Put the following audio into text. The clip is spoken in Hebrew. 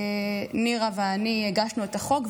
נירה ואני הגשנו את החוק,